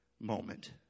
moment